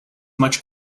much